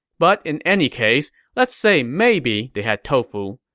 but in any case, let's say maybe they had tofu.